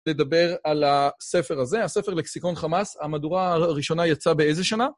לדבר על הספר הזה, הספר לקסיקון חמאס, המהדורה הראשונה יצאה באיזה שנה?